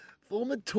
Former